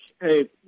hey